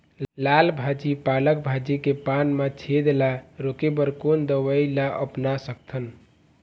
लाल भाजी पालक भाजी के पान मा छेद ला रोके बर कोन दवई ला अपना सकथन?